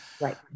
Right